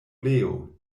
leo